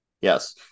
yes